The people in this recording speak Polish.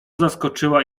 zaskoczyła